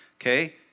Okay